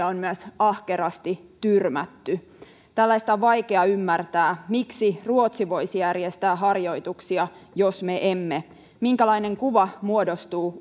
on myös ahkerasti tyrmätty tällaista on vaikea ymmärtää miksi ruotsi voisi järjestää harjoituksia jos me emme minkälainen kuva muodostuu